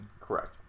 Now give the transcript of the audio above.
Correct